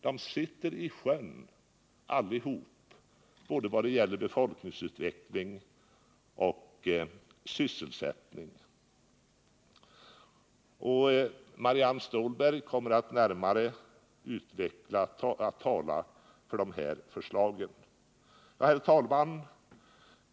De sitter i sjön allihop vad gäller både befolkningsutveckling och sysselsättning. Marianne Stålberg kommer att närmare tala för dessa förslag. Herr talman!